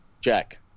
Jack